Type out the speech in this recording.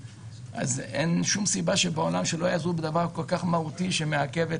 אז אין שום סיבה שבעולם שלא יעזרו בדבר כל כך מהותי שמעכב את